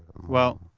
well,